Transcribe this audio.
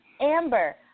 Amber